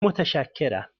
متشکرم